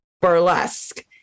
burlesque